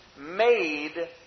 made